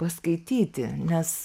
paskaityti nes